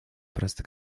просто